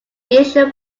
initial